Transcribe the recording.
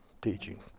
teaching